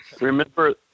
remember